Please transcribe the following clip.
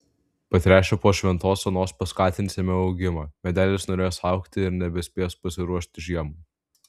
patręšę po šventos onos paskatinsime augimą medelis norės augti ir nebespės pasiruošti žiemai